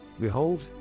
Behold